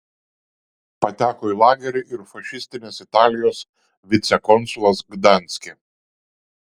pateko į lagerį ir fašistinės italijos vicekonsulas gdanske